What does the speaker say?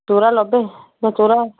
ଚରାନବେ ନା ଚରାଅଶି